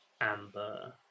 amber